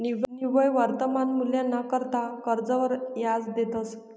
निव्वय वर्तमान मूल्यना करता कर्जवर याज देतंस